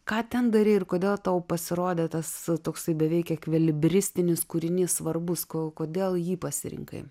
ką ten darei ir kodėl tau pasirodė tas toksai beveik ekvilibristinis kūrinys svarbus ko kodėl jį pasirinkai